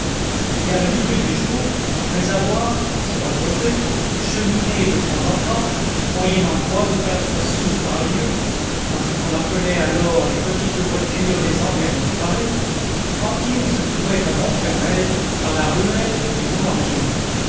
vers le milieu du jour après avoir pour se reposer cheminé de temps en temps moyennant trois ou quatre sous par lieue dans ce qu'on appelait alors les petites voitures des environs de paris fantine se trouvait à montfermeil dans la ruelle du boulanger